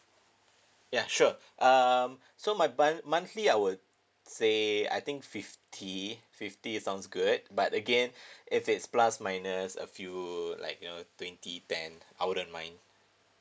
yeah sure um so my bu~ monthly I would say I think fifty fifty sounds good but again if it's plus minus a few like you know twenty then I wouldn't mind